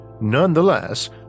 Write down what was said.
Nonetheless